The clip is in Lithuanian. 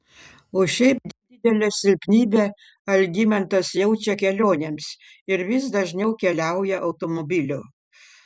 o šiaip didelę silpnybę algimantas jaučia kelionėms ir vis dažniau keliauja automobiliu